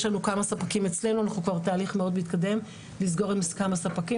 אנחנו כבר בתהליך מאוד מתקדם לסגור עם כמה ספקים,